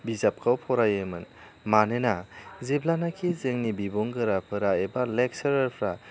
बिजाबखौ फरायोमोन मानोना जेब्लानाखि जोंनि बिबुंगोराफोरा एबा लेकसारारफोरा